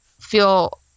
feel